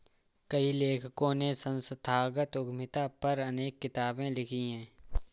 कई लेखकों ने संस्थागत उद्यमिता पर अनेक किताबे लिखी है